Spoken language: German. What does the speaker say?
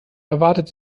erwartet